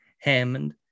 Hammond